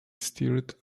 stirred